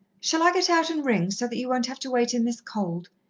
shall i get out and ring, so that you won't have to wait in this cold?